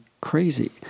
crazy